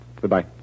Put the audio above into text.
Goodbye